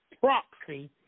proxy